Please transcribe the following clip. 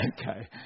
Okay